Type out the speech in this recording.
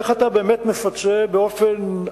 איך אתה באמת מפצה את בעלי הקרקעות באופן,